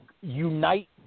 unite